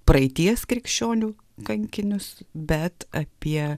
praeities krikščionių kankinius bet apie